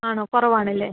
ആണോ കുറവ് ആണ് അല്ലെ